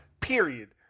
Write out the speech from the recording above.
Period